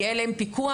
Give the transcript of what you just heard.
יהיה להם פיקוח?